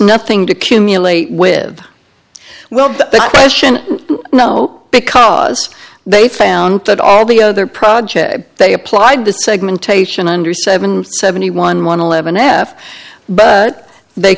nothing to accumulate with well the question no because they found that all the other projects they applied to segmentation under seven seventy one one eleven f but they